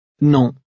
Non